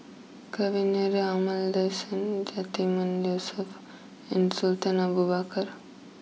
Kavignareru Amallathasan Yatiman Yusof and Sultan Abu Bakar